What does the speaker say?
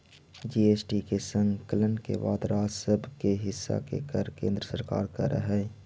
GST के संकलन के बाद राज्य सब के हिस्सा के कर केन्द्र सरकार कर हई